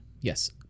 yes